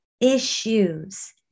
issues